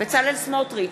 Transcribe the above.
בצלאל סמוטריץ,